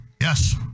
Yes